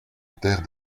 terre